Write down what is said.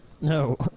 No